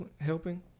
helping